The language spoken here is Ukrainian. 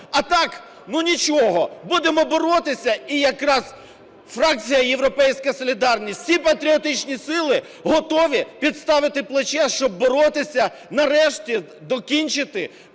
А так, ну, нічого, будемо боротися, і якраз фракція "Європейська солідарність", всі патріотичні сили готові підставити плече, щоб боротися, нарешті, докінчити